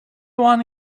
one